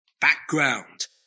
background